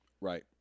right